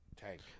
tank